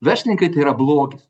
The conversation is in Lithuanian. verslininkai tai yra blogis